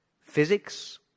physics